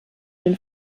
den